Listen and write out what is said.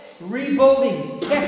rebuilding